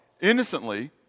Innocently